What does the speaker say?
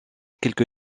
quelque